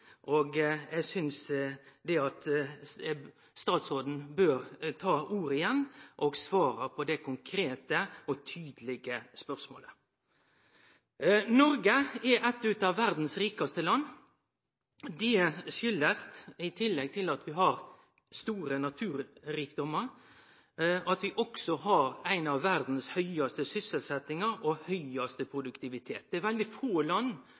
og eg synest at statsråden bør ta ordet igjen og svare på det konkrete og tydelege spørsmålet. Noreg er eit av verdas rikaste land, og det kjem av – i tillegg til at vi har store naturrikdomar – at vi har ei av verdas høgaste sysselsettingar og høgaste produktivitet. Det er veldig få land